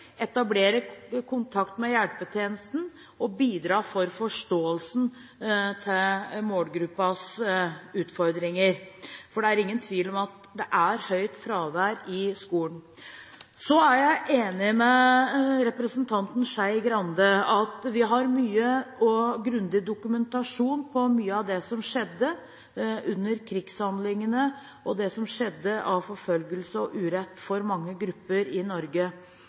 etablere kontakt med hjelpetjenesten og bidra til forståelsen for målgruppens utfordringer. For det er ingen tvil om at det er høyt fravær i skolen. Jeg er enig med representanten Skei Grande i at vi har mye og grundig dokumentasjon på mye av det som skjedde under krigshandlingene, og det som skjedde av forfølgelse og urett for mange grupper i Norge,